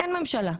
אין ממשלה.